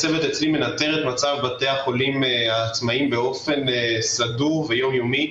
הצוות אצלי מנטר את מצב בתי החולים העצמאיים באופן סדור ויום יומי.